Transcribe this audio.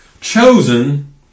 chosen